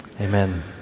Amen